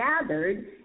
gathered